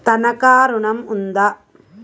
తనఖా ఋణం ఉందా?